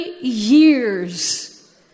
years